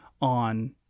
on